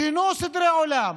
שינו סדרי עולם,